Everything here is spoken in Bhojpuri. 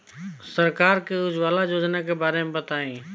सरकार के उज्जवला योजना के बारे में बताईं?